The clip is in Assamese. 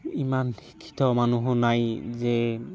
ইমান শিক্ষিত মানুহো নাই যে